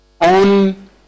on